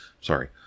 sorry